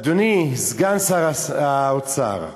אדוני סגן שר האוצר,